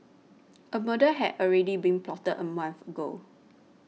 a murder had already been plotted a month ago